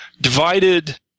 divided